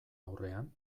aurrean